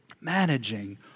managing